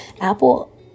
apple